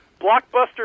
Blockbuster